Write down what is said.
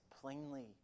plainly